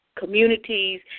Communities